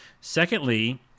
secondly